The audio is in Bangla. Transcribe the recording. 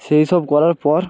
সেই সব করার পর